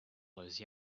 those